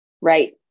right